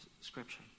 scripture